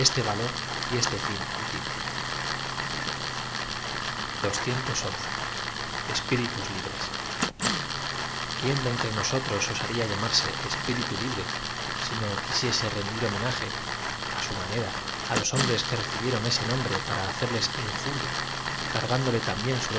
r y este fin útil l e p iritu libres quién de entre nosotros osaría llamarse espíritu libre si no quisiese rendir homenaje á su manera á los hombres que recibieron ese nombre para hacerles injuriaf cargándole también